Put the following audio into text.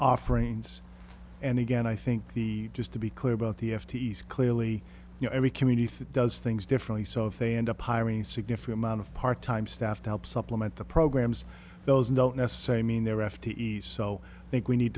offerings and again i think the just to be clear about the f t c clearly you know every community does things differently so if they end up hiring a significant amount of part time staff to help supplement the programs those don't necessarily mean they're f t e so i think we need